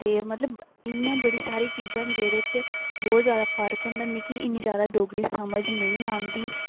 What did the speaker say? ते मतलब इ'यां बड़ी सारी चीजां न जेह्दे च बहुत जैदा फर्क होंदा मिकी इन्नी जैदा डोगरी समझ नेईं औंदी